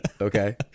Okay